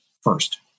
first